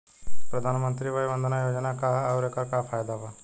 प्रधानमंत्री वय वन्दना योजना का ह आउर एकर का फायदा बा?